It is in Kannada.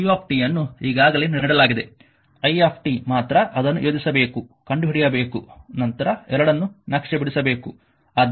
q ಅನ್ನು ಈಗಾಗಲೇ ನೀಡಲಾಗಿದೆ i ಮಾತ್ರ ಅದನ್ನು ಯೋಜಿಸಬೇಕು ಕಂಡುಹಿಡಿಯಬೇಕು ನಂತರ ಎರಡನ್ನೂ ನಕ್ಷೆ ಬಿಡಿಸಬೇಕು